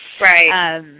right